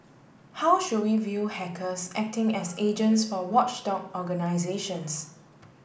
how should we view hackers acting as agents for watchdog organisations